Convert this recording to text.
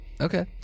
Okay